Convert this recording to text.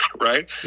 Right